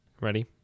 Ready